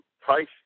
price